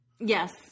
Yes